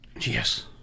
Yes